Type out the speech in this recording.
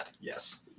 Yes